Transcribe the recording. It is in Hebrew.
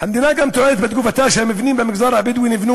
המדינה גם טוענת בתגובתה שהמבנים במגזר הבדואי נבנו